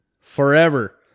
forever